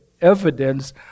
evidence